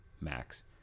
Max